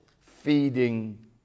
feeding